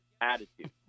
attitude